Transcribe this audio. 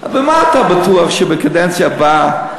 במה אתה בטוח בקדנציה הבאה,